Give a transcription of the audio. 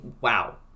wow